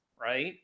right